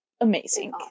Amazing